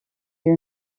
your